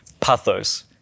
pathos